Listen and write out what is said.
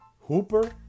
Hooper